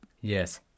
Yes